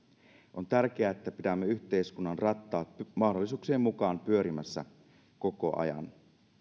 on tärkeää että pidämme yhteiskunnan rattaat mahdollisuuksien mukaan pyörimässä koko ajan